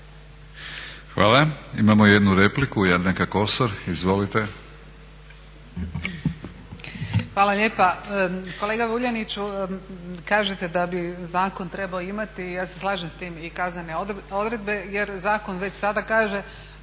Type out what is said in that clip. Hvala. Imamo jednu repliku, Jadranka Kosor. Izvolite.